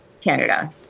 Canada